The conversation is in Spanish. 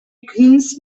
kings